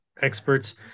experts